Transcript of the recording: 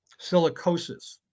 silicosis